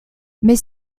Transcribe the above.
mais